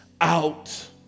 out